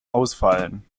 ausfallen